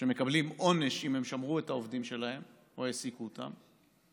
שמקבלים עונש אם הם שמרו את העובדים שלהם או העסיקו אותם,